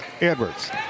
Edwards